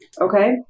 Okay